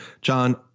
John